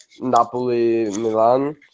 Napoli-Milan